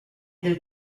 del